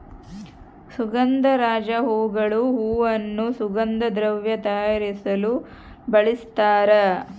ಸುಗಂಧರಾಜ ಹೂಗಳು ಹೂವನ್ನು ಸುಗಂಧ ದ್ರವ್ಯ ತಯಾರಿಸಲು ಬಳಸ್ತಾರ